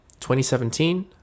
2017